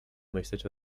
myśleć